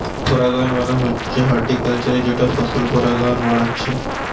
পরাগায়ন মানে হচ্ছে হর্টিকালচারে যেটা ফসলের পরাগায়ন বাড়াচ্ছে